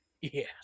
yes